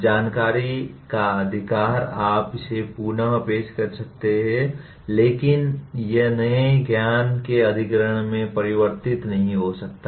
जानकारी का अधिकार आप इसे पुन पेश कर सकते हैं लेकिन यह नए ज्ञान के अधिग्रहण में परिवर्तित नहीं हो सकता है